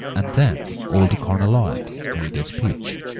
and then old colonel lloyd made a speech,